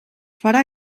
farà